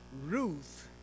Ruth